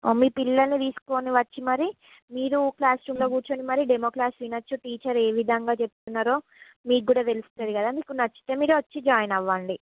మీ పిల్లల్ని తీసుకొని వచ్చి మరి మీరు క్లాస్ రూమ్లో కూర్చొని మరీ డెమో క్లాస్ వినొచ్చు టీచర్ ఏ విధంగా చెప్తున్నారో మీకు కూడా తెలుస్తుంది కదా మీకు నచ్చితే మీరు వచ్చి జాయిన్ అవ్వండి